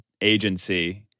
agency